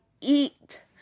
eat